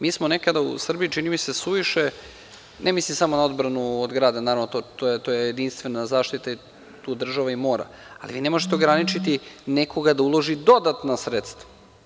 Mi smo nekada u Srbiji, čini mi se, suviše ne mislim samo na odbranu od grada, naravno, to je jedinstvena zaštita i tu država i mora, ali ne možete nekoga ograničiti da uloži dodatna sredstva.